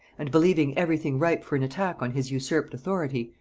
and believing every thing ripe for an attack on his usurped authority,